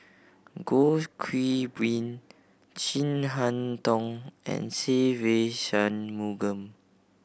Goh Qiu Bin Chin Harn Tong and Se Ve Shanmugam